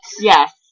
Yes